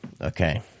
Okay